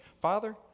Father